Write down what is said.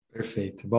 Perfeito